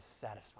satisfying